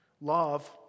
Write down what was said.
Love